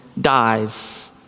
Dies